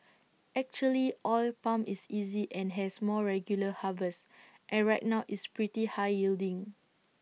actually oil palm is easy and has more regular harvests and right now it's pretty high yielding